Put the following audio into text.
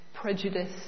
prejudice